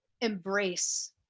embrace